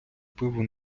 пиво